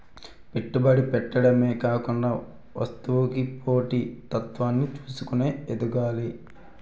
పెట్టుబడి పెట్టడమే కాకుండా వస్తువుకి పోటీ తత్వాన్ని చూసుకొని ఎదగాలి